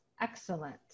Excellent